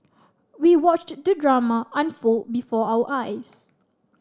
we watched the drama unfold before our eyes